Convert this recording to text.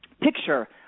picture